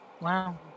Wow